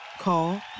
Call